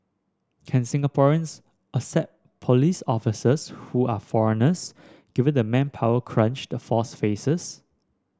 can Singaporeans accept police officers who are foreigners given the manpower crunch the force faces